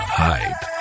hype